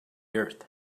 earth